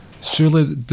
surely